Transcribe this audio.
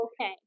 Okay